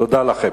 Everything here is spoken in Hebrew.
תודה לכם.